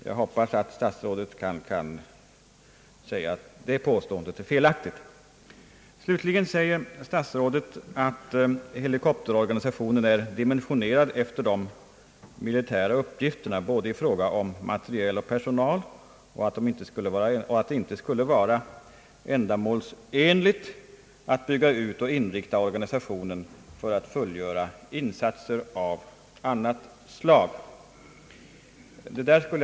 Jag hoppas att statsrådet kan säga att detta påstående är felaktigt. Slutligen säger statsrådet att helikopterorganisationen är dimensionerad efter de militära uppgifterna, både i fråga om materiel och personal, och att det inte skulle vara ändamålsenligt att bygga ut och inrikta organisationen för att fullgöra insatser av annat slag.